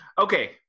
Okay